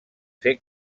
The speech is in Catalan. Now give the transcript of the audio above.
fer